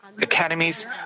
academies